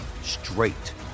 straight